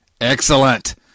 Excellent